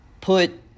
put